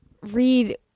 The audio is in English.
read